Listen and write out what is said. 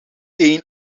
één